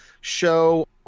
show